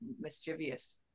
mischievous